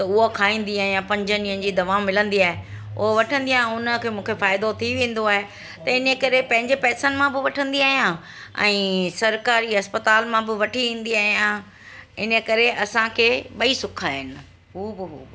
त उहा खाईंदी आहियां पंज ॾींहनि जी दवाऊं मिलंदी आहे उहा वठंदी आहियां उन खे मूंखे फ़ाइदो थी वेंदो आहे त इन ई करे पंहिंजे पैसनि मां पोइ वठंदी आहियां ऐं सरकारी अस्पताल मां बि वठी ईंदी आहियां इन करे असांखे ॿई सुख आहिनि हू बि हू